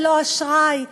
ולא אשראי,